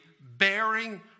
bearing